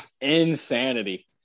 Insanity